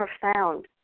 profound